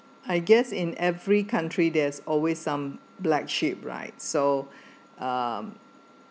I guess in every country there's always some black sheep right so um